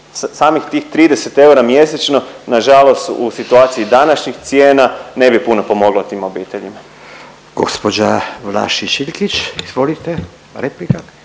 samih tih 30 eura mjesečno nažalost u situaciji današnjih cijena ne bi puno pomoglo tim obiteljima. **Radin, Furio (Nezavisni)** Gđa. Vlašić-Iljkić, izvolite replika.